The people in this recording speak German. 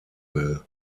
will